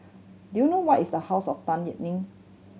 do you know where is The House of Tan Yeok Nee